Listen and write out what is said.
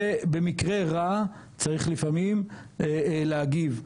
ובמקרה רע צריך לפעמים להגיב.